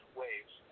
waves